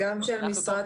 צריך